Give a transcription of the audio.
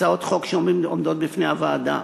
הצעות החוק שעומדות בפני הוועדה.